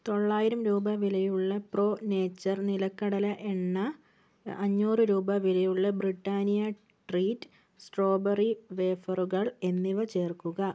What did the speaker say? തൊള്ളായിരം രൂപ വിലയുള്ള പ്രോ നേച്ചർ നിലക്കടല എണ്ണ അഞ്ഞൂറ് രൂപ വിലയുള്ള ബ്രിട്ടാനിയ ട്രീറ്റ് സ്ട്രോബെറി വേഫറുകൾ എന്നിവ ചേർക്കുക